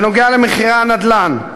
בנוגע למחירי הנדל"ן.